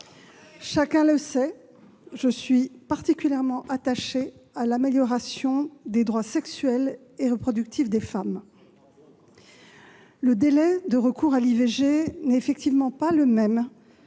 Chacun le sait, je suis particulièrement attachée à l'amélioration des droits sexuels et reproductifs des femmes. Le délai de recours à l'IVG n'est pas le même